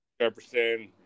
Jefferson